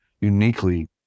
uniquely